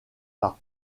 par